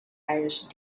irish